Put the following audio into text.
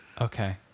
Okay